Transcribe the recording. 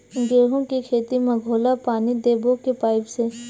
गेहूं के खेती म घोला पानी देबो के पाइप से?